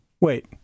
Wait